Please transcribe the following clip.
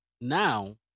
now